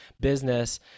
business